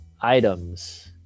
items